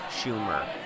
Schumer